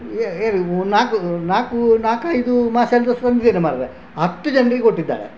air ಮು ನಾಲ್ಕು ನಾಲ್ಕು ನಾಲ್ಕೈದು ಮಸಾಲ ದೋಸೆ ತಂದಿದ್ದೇನೆ ಮಾರ್ರೆ ಹತ್ತು ಜನರಿಗೆ ಕೊಟ್ಟಿದ್ದಾಳೆ